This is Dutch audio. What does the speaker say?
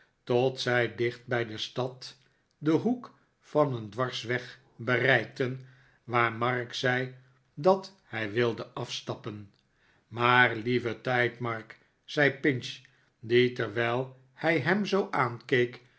tot zij dicht bij de stad den hoek van een dwarsweg bereikten waar mark zei dat hij wilde afstappen maar lieve tijd mark zei pinch die terwijl hij hem zoo aankeek